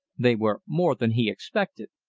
they were more than he expected,